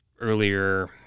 earlier